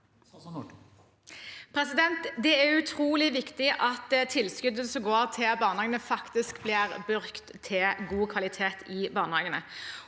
Det er utrolig viktig at tilskuddene som går til barnehagene, faktisk blir brukt til god kvalitet i barnehagene.